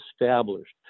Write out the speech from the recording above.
established